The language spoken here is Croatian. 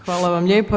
Hvala vam lijepa.